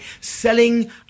selling